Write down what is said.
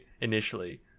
Initially